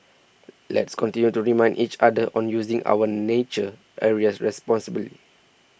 let's continue to remind each other on using our nature areas responsibly